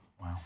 Wow